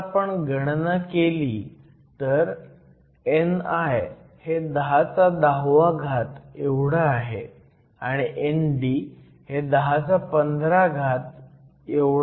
आता आपण गणना केली तर ni हे 1010 एवढं आहे आणि ND हे 1015 आहे